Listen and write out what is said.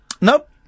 Nope